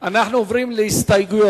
אנחנו עוברים להסתייגויות.